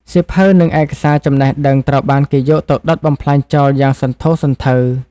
សៀវភៅ និងឯកសារចំណេះដឹងត្រូវបានគេយកទៅដុតបំផ្លាញចោលយ៉ាងសន្ធោសន្ធៅ។